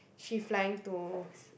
she flying to